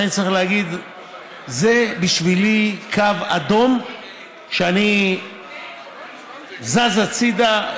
שזה בשבילי קו אדום שאני זז הצידה,